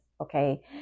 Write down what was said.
Okay